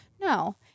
no